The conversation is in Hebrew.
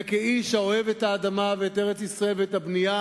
וכאיש האוהב את האדמה ואת ארץ-ישראל ואת הבנייה,